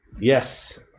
Yes